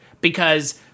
because-